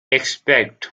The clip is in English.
expect